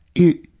it